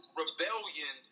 rebellion